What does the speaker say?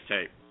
tape